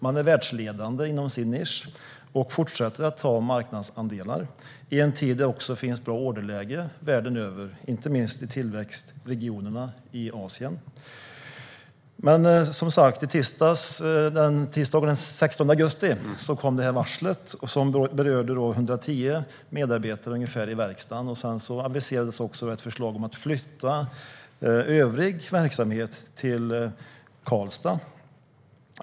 Man är världsledande inom sin nisch och fortsätter att ta marknadsandelar i en tid när det finns bra orderläge världen över, inte minst i tillväxtregionerna i Asien. Tisdagen den 16 augusti kom varslet som berörde ungefär 110 medarbetare i verkstaden. Sedan aviserades också ett förslag om att flytta övrig verksamhet till Karlstad.